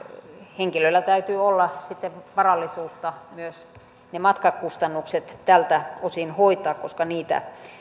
henkilöllä täytyy olla sitten varallisuutta myös ne matkakustannukset tältä osin hoitaa koska niitä